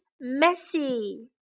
messy